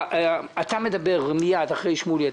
אתה תדבר מייד אחרי שמולי.